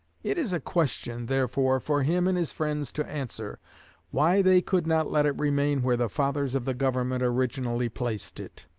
it is a question, therefore, for him and his friends to answer why they could not let it remain where the fathers of the government originally placed it.